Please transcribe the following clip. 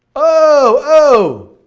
oh,